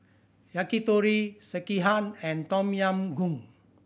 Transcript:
Yakitori Sekihan and Tom Yam Goong